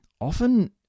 often